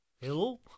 Hello